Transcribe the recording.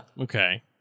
Okay